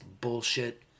bullshit